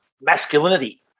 masculinity